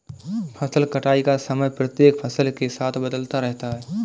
फसल कटाई का समय प्रत्येक फसल के साथ बदलता रहता है